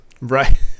Right